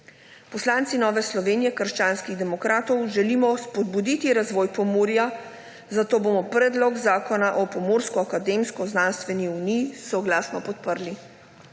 Poslanci Nove Slovenije – krščanski demokrati želimo spodbuditi razvoj Pomurja, zato bomo Predlog zakona o Pomurski akademsko-znanstveni uniji soglasno podprli.